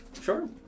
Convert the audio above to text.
Sure